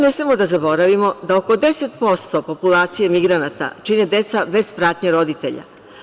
Ne smemo da zaboravimo da oko 10% populacije migranata čine deca bez pratnje roditelja.